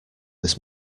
this